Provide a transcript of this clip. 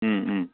ꯎꯝ ꯎꯝ